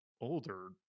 older